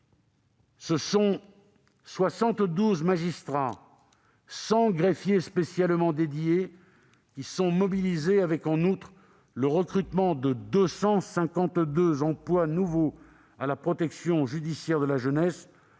: 72 magistrats, 100 greffiers spécialement dédiés sont mobilisés avec, en outre, la création de 252 emplois nouveaux à la protection judiciaire de la jeunesse